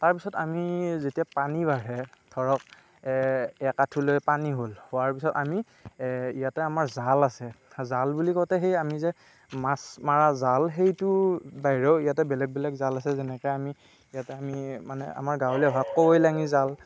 তাৰ পিছত আমি যেতিয়া পানী বাঢ়ে ধৰক এক আঠুলৈ পানী হ'ল হোৱাৰ পিছত আমি ইয়াতে আমাৰ জাল আছে জাল বুলি কওঁতে সেই আমি যে মাছ মৰা জাল সেইটোৰ বাহিৰেও ইয়াতে বেলেগ বেলেগ জাল আছে যেনেকৈ আমি আমাৰ গাঁৱলীয়া ভাষাত কাৱৈ লাঙী জাল